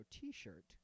T-shirt